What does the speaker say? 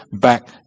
back